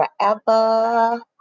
forever